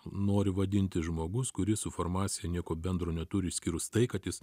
nori vadintis žmogus kuris su farmacija nieko bendro neturi išskyrus tai kad jis